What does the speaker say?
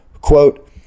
quote